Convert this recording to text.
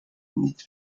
nic